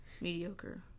Mediocre